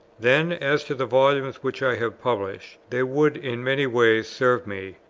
then, as to the volumes which i have published, they would in many ways serve me,